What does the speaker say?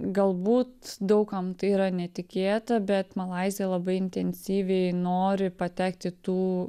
galbūt daug kam tai yra netikėta bet malaizija labai intensyviai nori patekt į tų